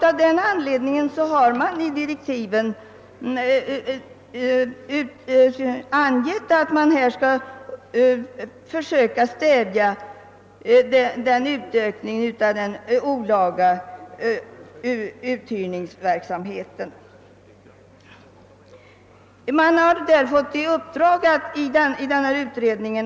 Av den anledningen har i utredningens direktiv angivits att man bör försöka stävja en utökning av den olaga uthyrningsverksamheten. Man har fått i uppdrag.